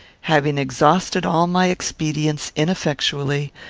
having exhausted all my expedients ineffectually,